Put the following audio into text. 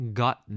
got